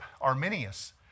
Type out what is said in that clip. Arminius